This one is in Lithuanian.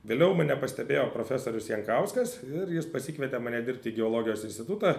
vėliau mane pastebėjo profesorius jankauskas ir jis pasikvietė mane dirbt į geologijos institutą